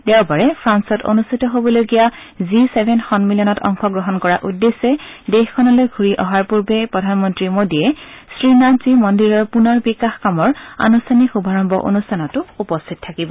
দেওবাৰে ফ্ৰালত অনুষ্ঠিত হবলগীয়া জি ছেভেন সন্মিলনত অংশগ্ৰহণ কৰাৰ উদ্দেশ্যে দেশখনলৈ ঘূৰি অহাৰ পূৰ্বে প্ৰধানমন্ত্ৰী মোদীয়ে শ্ৰীনাথজী মন্দিৰৰ পুনৰ বিকাশ কামৰ আনুষ্ঠানিক শুভাৰম্ভ অনুষ্ঠানতো উপস্থিত থাকিব